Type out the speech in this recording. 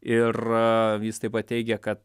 ir jis taip pat teigė kad